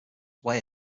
way